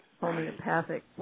homeopathic